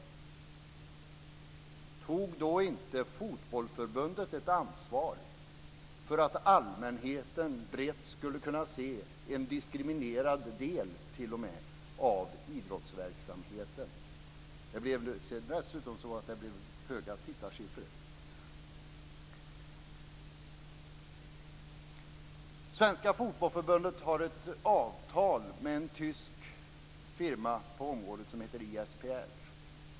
Tog då inte Fotbollförbundet ett ansvar för att den breda allmänheten skulle kunna se en del av idrottsverksamheten som dessutom är diskriminerad? Dessutom blev det höga tittarsiffror. Svenska Fotbollförbundet har ett avtal med en tysk firma på området som heter ISPR.